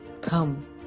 come